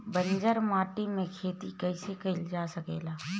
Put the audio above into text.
बंजर माटी में खेती कईसे कईल जा सकेला?